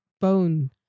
bone